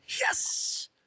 yes